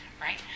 right